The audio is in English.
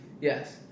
yes